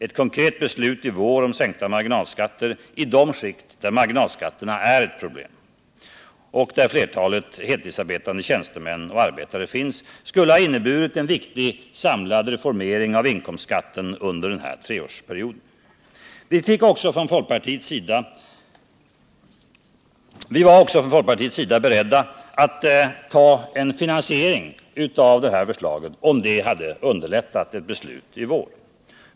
Ett konkret beslut i vår om sänkta marginalskatter i de skikt där marginalskatterna är ett problem och där flertalet heltidsarbetande tjänstemän och arbetare finns skulle ha inneburit en viktig samlad reformering av inkomstskatten under den här treårsperioden. Vi var också från folkpartiets sida beredda att besluta om en finansiering av detta förslag, om det hade underlättat ett beslut i vår.